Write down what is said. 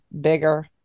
bigger